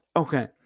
Okay